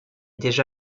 déjà